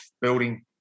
building